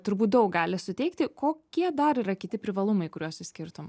turbūt daug gali suteikti kokie dar yra kiti privalumai kuriuos išskirtum